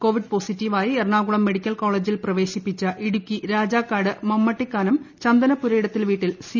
Covid പോസിറ്റീവായി എറണാക്ടുള്ളു medical കോളേജിൽ പ്രവേശിപ്പിച്ച ഇടുക്കി രാജാക്കാട് മമ്മട്ടിക്കാനം ചന്ദന പുരയിടത്തിൽ വീട്ടിൽ സ്തി